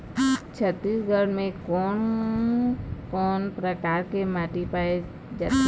छत्तीसगढ़ म कोन कौन प्रकार के माटी पाए जाथे?